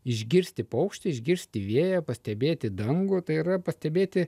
išgirsti paukštį išgirsti vėją pastebėti dangų tai yra pastebėti